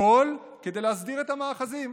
הכול כדי להסדיר את המאחזים.